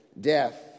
death